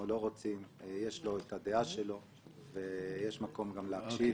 יש לי אמון במגדל